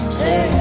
say